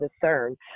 discern